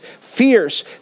fierce